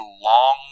long